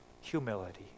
humility